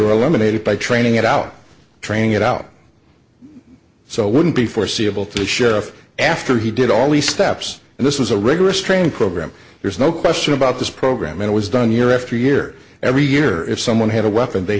or eliminate it by training it out training it out so wouldn't be foreseeable to the sheriff after he did all the steps and this was a rigorous training program there's no question about this program it was done year after year every year if someone had a weapon they